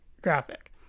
graphic